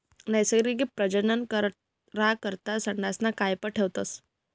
नैसर्गिक प्रजनन करा करता सांडसना कयप ठेवतस